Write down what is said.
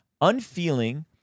unfeeling